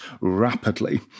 rapidly